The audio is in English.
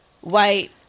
white